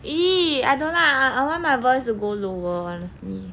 I don't like ah I want my voice to go lower honestly